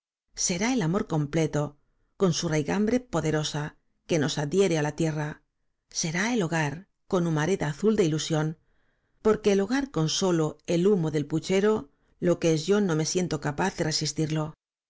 será el amor completo con su raigambre poderosa que nos adhiere á la tierra será el hogar con humareda azul de ilusión porque el hogar con solo el humo del p u chero lo que es yo no me siento capaz de resistirlo